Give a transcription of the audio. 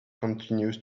continues